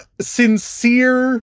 sincere